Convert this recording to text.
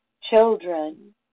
children